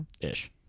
Ish